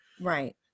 Right